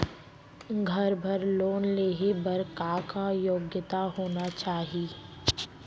घर बर लोन लेहे बर का का योग्यता होना चाही?